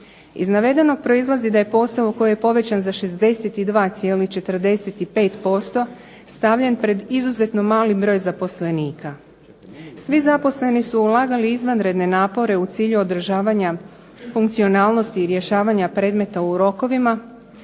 Iz navedenog proizlazi da je posao koji je povećan za 62,45% stavljen pred izuzetno mali broj zaposlenika. Svi zaposleni u ulagali izvanredne napore u cilju održavanja funkcionalnosti i rješavanja predmeta u rokovima,